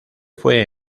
fue